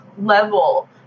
level